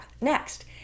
next